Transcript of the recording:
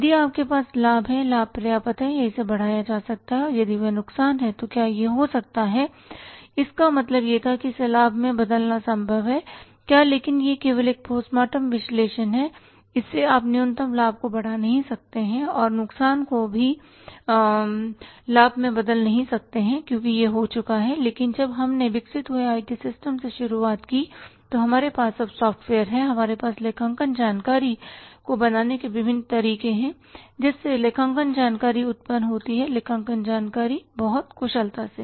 यदि आपके पास लाभ है लाभ पर्याप्त है या इसे बढ़ाया जा सकता है और यदि यह नुकसान है तो क्या यह हो सकता है कि इसका मतलब यह था कि इसे लाभ में बदलना संभव है क्या लेकिन यह केवल एक पोस्टमॉर्टम विश्लेषण है इससे आप न्यूनतम लाभ को बढ़ा नहीं सकते और नुकसान को भी लाभ में बदल नहीं सकते क्योंकि यह हो चुका है लेकिन जब हमने विकसित हुए आईटी सिस्टम से शुरुआत की तो हमारे पास अब सॉफ्टवेयर हैं हमारे पास लेखांकन जानकारी को बनाने के विभिन्न तरीके हैं जिससे लेखांकन जानकारी उत्पन्न होती है लेखांकन जानकारी बहुत कुशलता से